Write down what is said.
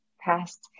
past